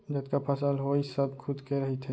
जतका फसल होइस सब खुद के रहिथे